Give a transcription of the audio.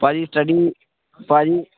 ਭਾਅ ਜੀ ਸਟਡੀ ਭਾਅ ਜੀ